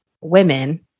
women